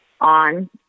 on